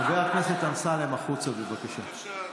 חבר הכנסת אמסלם, החוצה, בבקשה.